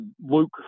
Luke